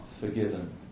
forgiven